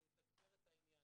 זה יתגבר את העניין.